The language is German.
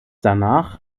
danach